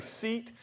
seat